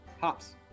hops